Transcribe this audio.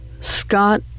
Scott